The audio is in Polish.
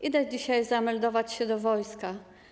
Idę dzisiaj zameldować się do wojska.